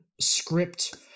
script